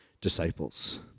disciples